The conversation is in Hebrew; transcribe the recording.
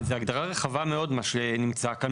זה הגדרה רחבה מאוד מה שנמצא כאן.